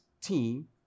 team